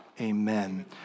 Amen